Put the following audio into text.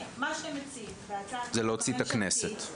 מה שמציעים בהצעת החוק הממשלתית -- זה להוציא את הכנסת.